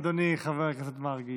אדוני חבר הכנסת מרגי,